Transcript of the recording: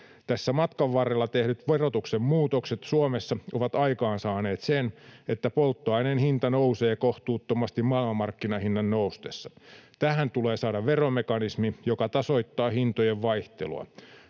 Tässä matkan varrella tehdyt verotuksen muutokset Suomessa ovat aikaansaaneet sen, että polttoaineen hinta nousee kohtuuttomasti maailmanmarkkinahinnan noustessa. Tähän tulee saada veromekanismi, joka tasoittaa hintojen vaihtelua.